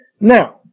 Now